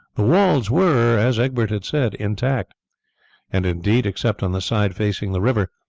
the walls were, as egbert had said, intact and indeed, except on the side facing the river,